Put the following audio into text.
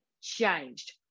changed